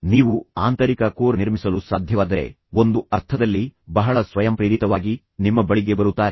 ನೀವು ಆಂತರಿಕ ಕೋರ್ ನಿರ್ಮಿಸಲು ಸಾಧ್ಯವಾದರೆ ಒಂದು ಅರ್ಥದಲ್ಲಿ ಬಹಳ ಸ್ವಯಂಪ್ರೇರಿತವಾಗಿ ಸ್ವಯಂಚಾಲಿತವಾಗಿ ನಿಮ್ಮ ಬಳಿಗೆ ಬರುತ್ತಾರೆ